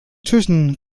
tischen